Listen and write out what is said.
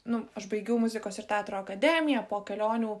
nu aš baigiau muzikos ir teatro akademiją po kelionių